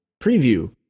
preview